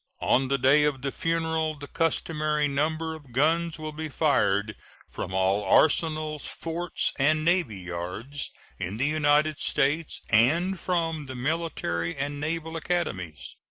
on the day of the funeral the customary number of guns will be fired from all arsenals, forts, and navy-yards in the united states and from the military and naval academies.